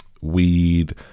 Weed